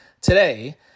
today